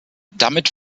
damit